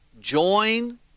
Join